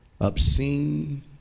obscene